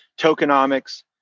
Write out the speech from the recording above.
Tokenomics